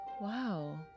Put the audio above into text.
Wow